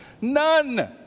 none